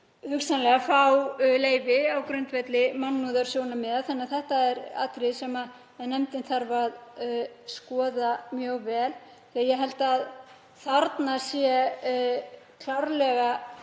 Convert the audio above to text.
hugsanlega fá leyfi á grundvelli mannúðarsjónarmiða. Þetta er atriði sem nefndin þarf að skoða mjög vel því að ég held að þarna sé klárlega